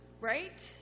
Right